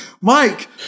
Mike